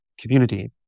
community